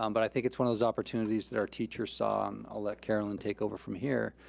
um but i think it's one of those opportunities that our teachers saw, and i'll let caroline take over from here,